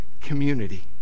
community